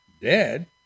dead